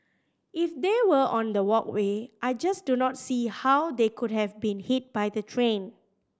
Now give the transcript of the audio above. if they were on the walkway I just do not see how they could have been hit by the train